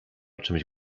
czymś